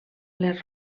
les